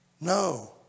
No